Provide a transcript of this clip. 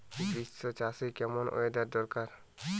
Beans চাষে কেমন weather দরকার?